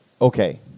Okay